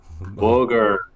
Booger